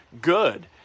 good